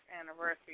anniversary